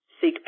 Seek